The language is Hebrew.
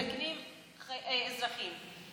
אז מה אתה אומר על חיילים שיורים ומסכנים אזרחים?